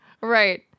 Right